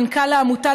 מנכ"ל העמותה